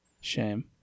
Shame